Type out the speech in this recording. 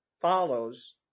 follows